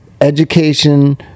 education